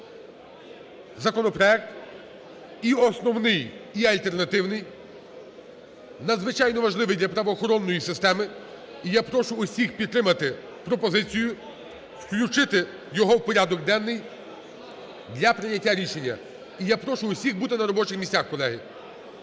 Законопроект, і основний, і альтернативний, надзвичайно важливий для правоохоронної системи. І я прошу всіх підтримати пропозицію включити його в порядок денний для прийняття рішення. І я прошу всіх бути на робочих місцях, колеги.